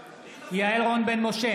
רז,